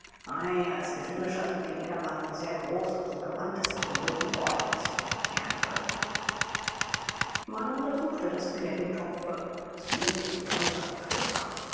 als giftmischer sind die niggerbanditen sehr groß und so gewandt daß die berühmten borgias von ihnen lernen könnten man untersuchte das bier im topfe das gut und unvergiftet war